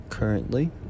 currently